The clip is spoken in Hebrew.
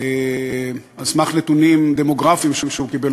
על סמך נתונים דמוגרפיים שהוא קיבל,